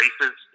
races